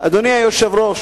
אדוני היושב-ראש,